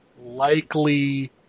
likely